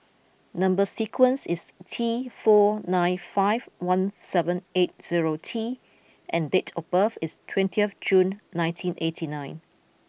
number sequence is T four nine five one seven eight zero T and date of birth is twenty of June nineteen eighty nine